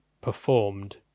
performed